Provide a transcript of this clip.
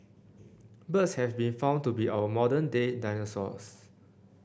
birds have been found to be our modern day dinosaurs